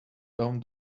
down